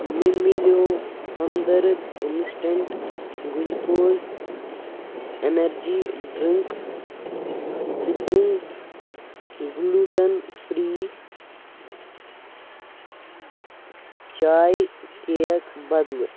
مےٚ مِلٮ۪و Hamdard instant glucose energy drink spring gluten free چایہِ کیک بدلہٕ